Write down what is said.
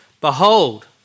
Behold